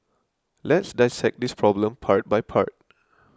let's dissect this problem part by part